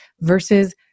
versus